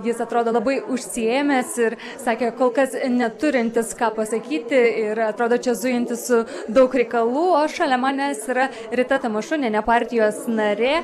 jis atrodo labai užsiėmęs ir sakė kol kas neturintis ką pasakyti ir atrodo čia zujantis su daug reikalų o šalia manęs yra rita tamašūnienė partijos narė